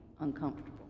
uncomfortable